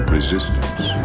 Resistance